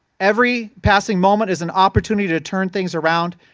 every passing moment is an opportunity to turn things around.